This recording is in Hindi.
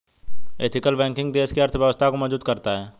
एथिकल बैंकिंग देश की अर्थव्यवस्था को मजबूत करता है